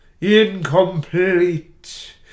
incomplete